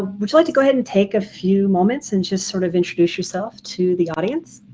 would you like to go ahead and take a few moments and just sort of introduce yourself to the audience?